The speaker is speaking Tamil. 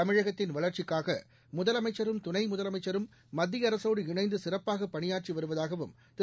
தமிழகத்தின் வளர்ச்சிக்காகமுதலமைச்சரும் துணைமுதலமைச்சரும் மத்தியஅரசோடு இணைந்துசிறப்பாகபணியாற்றிவருவதாகவும் திரு